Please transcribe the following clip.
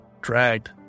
dragged